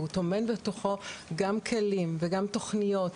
והוא טומן בתוכו גם כלים וגם תוכניות.